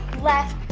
left,